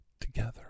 together